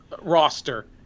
roster